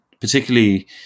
Particularly